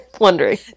wondering